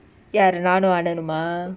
யாரு நானு அண்ணனுமா:yaaru naanu annanuma